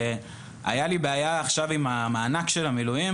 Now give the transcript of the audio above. הייתי לי בעיה עם מענק המילואים,